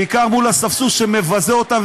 בעיקר מול אספסוף שמבזה אותם,